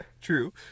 True